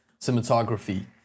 cinematography